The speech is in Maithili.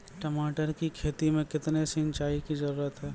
टमाटर की खेती मे कितने सिंचाई की जरूरत हैं?